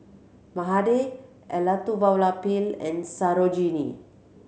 Mahade Elattuvalapil and Sarojini